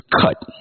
cut